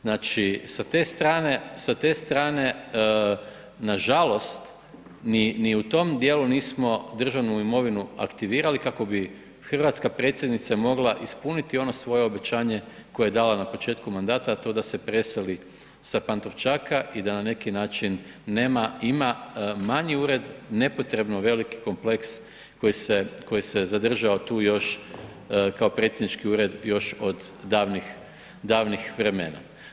Znači, sa te strane nažalost ni u tom dijelu nismo državnu imovinu aktivirali kako bi hrvatska predsjednica mogla ispuniti ono svoje obećanje koje je dala na početku mandata, a to je da se preseli sa Pantovčaka i da na neki način nema, ima manji ured nepotrebno veliki kompleks koji se zadržao tu još kao predsjednički ured još od davnih vremena.